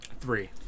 Three